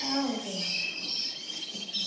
ஆ okay madam okay madam ஆ ஆ ஆ